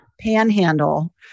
panhandle